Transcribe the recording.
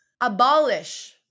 Abolish